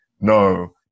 no